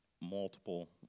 multiple